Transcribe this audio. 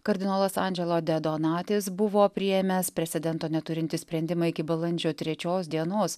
kardinolas andželo de donatis buvo priėmęs precedento neturintį sprendimą iki balandžio trečios dienos